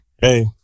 Hey